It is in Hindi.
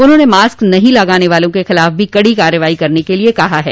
उन्होंने मास्क नही लगाने वालों के खिलाफ भी कड़ी कार्रवाई करने के लिए कहा है